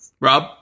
Rob